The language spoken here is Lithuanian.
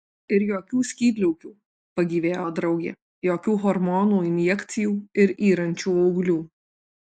ir jokių skydliaukių pagyvėjo draugė jokių hormonų injekcijų ir yrančių auglių